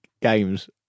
games